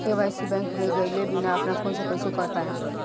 KYC bank मे गएले बिना अपना फोन से कइसे कर पाएम?